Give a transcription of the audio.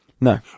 No